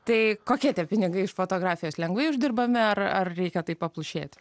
tai kokie tie pinigai iš fotografijos lengvai uždirbami ar ar reikia taip paplušėti